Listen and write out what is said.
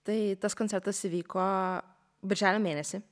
tai tas koncertas įvyko birželio mėnesį